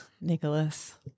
Nicholas